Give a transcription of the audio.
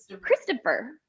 Christopher